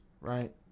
right